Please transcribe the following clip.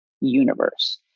universe